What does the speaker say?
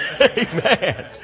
Amen